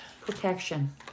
Protection